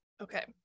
okay